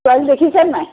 ছোৱালী দেখিছেনে নাই